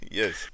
yes